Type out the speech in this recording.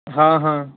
ਹਾਂ ਹਾਂ